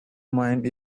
mind